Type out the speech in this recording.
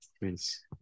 please